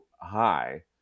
high